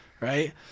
right